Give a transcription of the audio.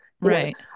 Right